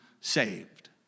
saved